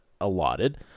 allotted